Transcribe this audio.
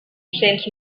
cents